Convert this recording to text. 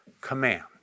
command